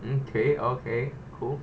mm okay okay cool